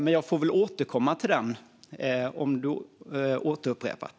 Men jag kan återkomma till den om Karin Rågsjö vill upprepa den.